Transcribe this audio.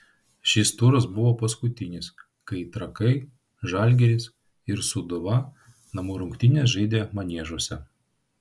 šis turas buvo paskutinis kai trakai žalgiris ir sūduva namų rungtynes žaidė maniežuose